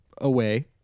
away